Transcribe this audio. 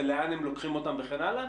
לאן הם לוקחים אותם וכן הלאה,